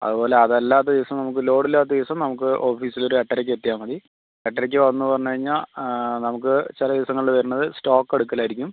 അതുപോലെ അത് അല്ലാത്ത ദിവസം നമുക്ക് ലോഡ് ഇല്ലാത്ത ദിവസം നമുക്ക് ഓഫീസിൽ ഒര് എട്ടരയ്ക്ക് എത്തിയാൽ മതി എട്ടരയ്ക്ക് വന്നു എന്ന് പറഞ്ഞു കഴിഞ്ഞാൽ നമുക്ക് ചില ദിവസങ്ങളിൽ വരണത് സ്റ്റോക്ക് എടുക്കൽ ആയിരിക്കും